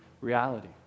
reality